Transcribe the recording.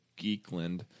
Geekland